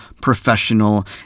professional